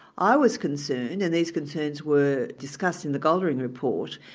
i was concerned, and these concerns were discussed in the golding report,